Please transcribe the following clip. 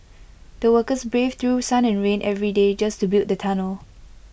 the workers braved through sun and rain every day just to build the tunnel